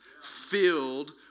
filled